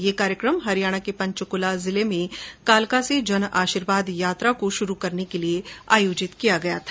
यह कार्यक्रम हरियाणा के पंचकुला जिले में कालका से जन आशीर्वाद यात्रा को शुरू करने के लिए आयोजित किया गया था